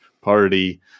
party